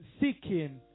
seeking